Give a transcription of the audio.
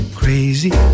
crazy